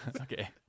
Okay